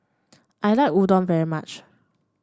I like Udon very much